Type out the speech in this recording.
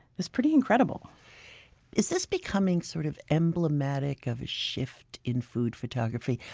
was pretty incredible is this becoming sort of emblematic of a shift in food photography?